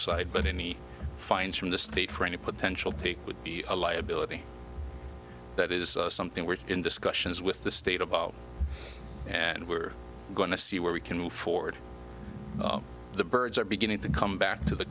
side but any fines from the state for any potential they would be a liability that is something we're in discussions with the state about and we're going to see where we can move forward the birds are beginning to come back to the